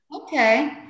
okay